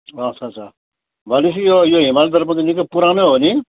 अच्छा अच्छा भनेपछि यो यो हिमालय दर्पण चाहिँ निकै पुरानो हो नि